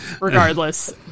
regardless